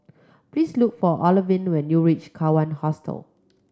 please look for Olivine when you reach Kawan Hostel